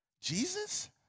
Jesus